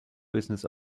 business